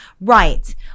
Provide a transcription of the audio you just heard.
Right